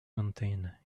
mountain